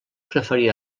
preferir